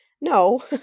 no